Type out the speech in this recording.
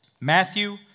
Matthew